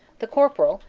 the corporal,